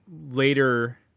later